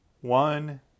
one